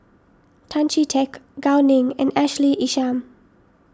Tan Chee Teck Gao Ning and Ashley Isham